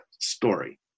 story